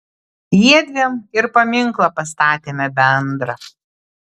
jiedviem ir paminklą pastatėme bendrą